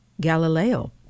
Galileo